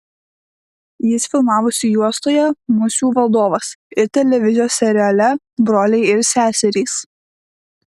jis filmavosi juostoje musių valdovas ir televizijos seriale broliai ir seserys